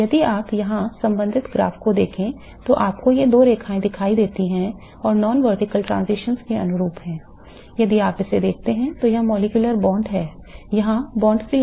और यदि आप यहां संबंधित ग्राफ को देखें तो आपको ये दो रेखाएं दिखाई देती हैं जो गैर ऊर्ध्वाधर के नाम पर रखा जिन्होंने इसकी खोज की